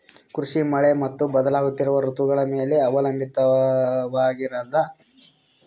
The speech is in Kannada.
ಕೃಷಿ ಮಳೆ ಮತ್ತು ಬದಲಾಗುತ್ತಿರುವ ಋತುಗಳ ಮೇಲೆ ಅವಲಂಬಿತವಾಗಿರತದ